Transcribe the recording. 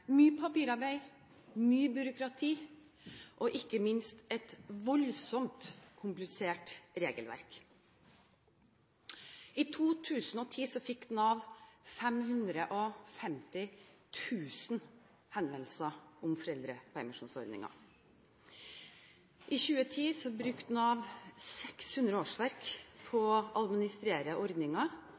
mye papirarbeid, mye byråkrati og, ikke minst, et svært komplisert regelverk. I 2010 fikk Nav 550 000 henvendelser om foreldrepermisjonsordningen. I 2010 brukte Nav 600 årsverk på å administrere